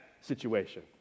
situation